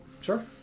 Sure